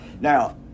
Now